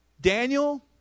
Daniel